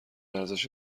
ارزش